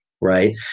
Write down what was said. right